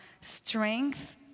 strength